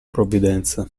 provvidenza